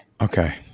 Okay